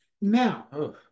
now